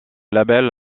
label